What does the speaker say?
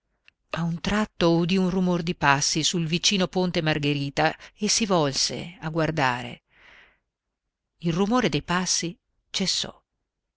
a un tratto udì un rumor di passi sul vicino ponte margherita e si volse a guardare il rumore dei passi cessò